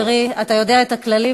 חברי, אתה יודע את הכללים.